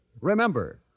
Remember